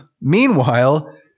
meanwhile